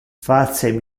face